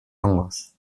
hongos